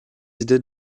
idées